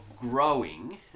growing